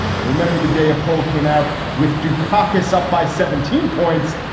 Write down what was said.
i remember the day a poll came out with dukakis up by seventeen points.